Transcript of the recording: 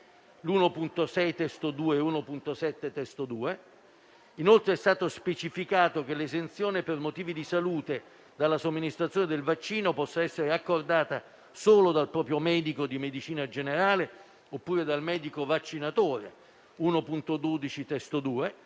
1.6 (testo 2) e 1.7 (testo 2). Inoltre, è stato specificato che l'esenzione per motivi di salute dalla somministrazione del vaccino possa essere accordata solo dal proprio medico di medicina generale oppure dal medico vaccinatore (emendamento